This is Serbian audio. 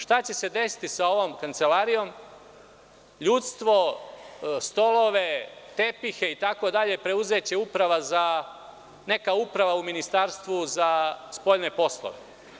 Šta će se desiti sa ovom Kancelarijom, ljudstvo, stolovi, tepisima, preuzeće uprava, odnosno neka uprava u Ministarstvu za spoljne poslove.